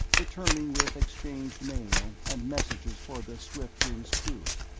returning with exchanged mail and messages for the swiftwing s crew.